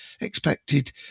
expected